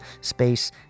space